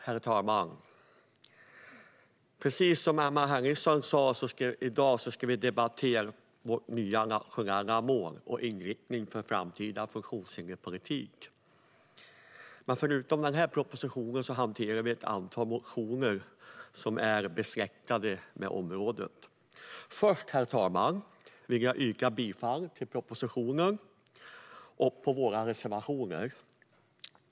Herr talman! Som Emma Henriksson sa debatterar vi i dag vårt nya nationella mål och inriktningen för den framtida funktionshinderspolitiken. Men förutom denna proposition hanterar vi ett antal motioner som är besläktade med området. Först, herr talman, vill jag yrka bifall till propositionen och till våra reservationer.